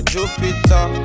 Jupiter